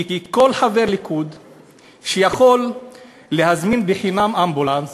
כי כל חבר ליכוד שיכול להזמין בחינם אמבולנס